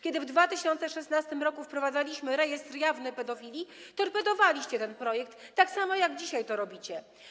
Kiedy w 2016 r. wprowadzaliśmy rejestr jawny pedofilów, torpedowaliście ten projekt tak samo, jak dzisiaj to robicie.